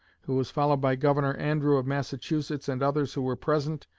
who was followed by governor andrew of massachusetts and others who were present,